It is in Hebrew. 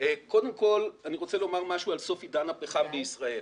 אני רוצה לומר משהו על סוף עידן הפחם בישראל